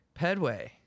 pedway